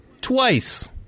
Twice